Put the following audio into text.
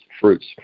fruits